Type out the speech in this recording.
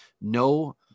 No